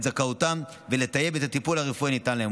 זכאותם ולטייב את הטיפול הרפואי הניתן להם.